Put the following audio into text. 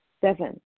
Seven